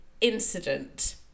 incident